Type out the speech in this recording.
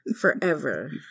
Forever